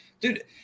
dude